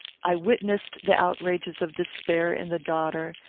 i witnessed the outrages of despair in the daughter,